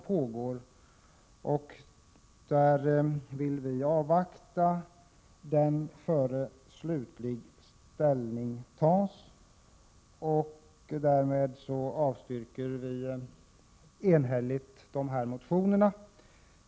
Vi vill avvakta resultatet av den beredningen innan vi tar slutlig ställning. Vi avstyrker därför enhälligt motionerna.